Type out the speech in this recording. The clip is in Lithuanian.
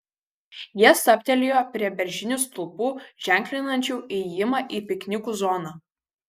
jie stabtelėjo prie beržinių stulpų ženklinančių įėjimą į piknikų zoną